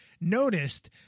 noticed